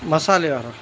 मसाले वारा